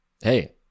Hey